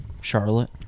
Charlotte